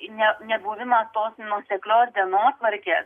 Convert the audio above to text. ne nebuvimą to nuoseklios dienotvarkės